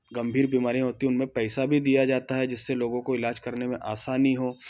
गंभीर बीमारियाँ होती हैं उनमें पैसा भी दिया जाता है जिससे लोगों को इलाज कराने में आसानी हो